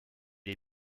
les